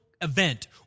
event